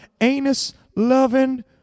anus-loving